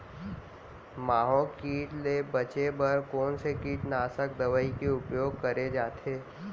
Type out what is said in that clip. माहो किट ले बचे बर कोन से कीटनाशक दवई के उपयोग करे जाथे?